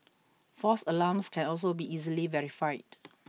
false alarms can also be easily verified